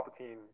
Palpatine